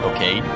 Okay